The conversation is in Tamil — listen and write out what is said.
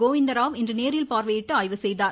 கோவிந்தராவ் இன்று நேரில் பார்வையிட்டு ஆய்வு செய்தார்